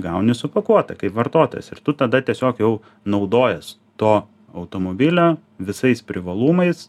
gauni supakuotą kaip vartotojas ir tu tada tiesiog jau naudojies to automobilio visais privalumais